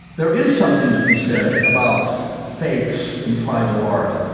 there is something to be said about fakes in tribal art,